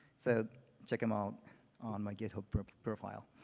so check them all on my github profile.